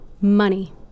Money